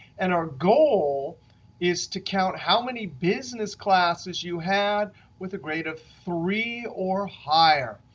and our goal is to count how many business classes you had with a grade of three or higher.